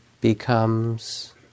becomes